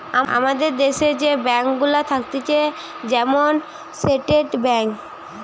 আমাদের দ্যাশে যে ব্যাঙ্ক গুলা থাকতিছে যেমন স্টেট ব্যাঙ্ক